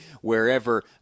wherever